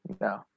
No